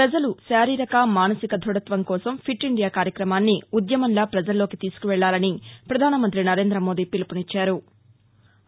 ప్రజలు శారీరక మానసిక దృధత్వం కోసం ఫిట్ ఇందియా కార్యక్రమాన్ని ఉద్యమంలా ప్రజల్లోకి తీసుకువెళ్ళాలని ప్రధాన మంతి నరేంద మోదీ పిలుపునిచ్చారు